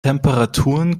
temperaturen